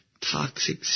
toxic